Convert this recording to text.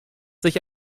sich